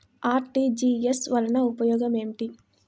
RTGS వలన ఉపయోగం ఏమిటీ?